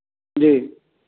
जी